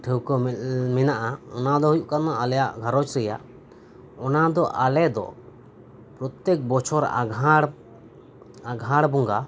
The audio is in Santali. ᱴᱷᱟᱹᱣᱠᱟᱹ ᱢᱮᱱᱟᱜᱼᱟ ᱚᱱᱟ ᱫᱚ ᱦᱩᱭᱩᱜ ᱠᱟᱱᱟ ᱟᱞᱮᱭᱟᱜ ᱜᱷᱟᱨᱚᱸᱡᱽ ᱨᱮᱭᱟᱜ ᱚᱱᱟ ᱫᱚ ᱟᱞᱮ ᱫᱚ ᱯᱨᱚᱛᱛᱮᱠ ᱵᱚᱪᱷᱚᱨ ᱟᱸᱜᱷᱟᱲ ᱟᱸᱜᱷᱟᱲ ᱵᱚᱸᱜᱟ